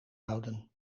houden